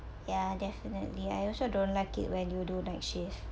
yeah definitely I also don't like it when you do night shift